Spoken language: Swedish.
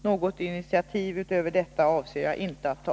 Något initiativ utöver detta avser jag inte att ta.